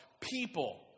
people